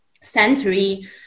century